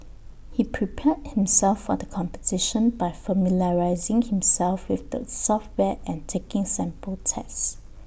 he prepared himself for the competition by familiarising himself with the software and taking sample tests